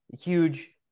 huge